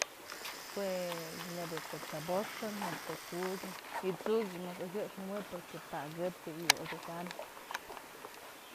Jue nebya ko'o t'seboxën, neyb ko'o tsu'ukyën, yë tsu'ukyë ëch mas oy jëxnë nëjuëb porque pakëp bi'i yë odyëkam.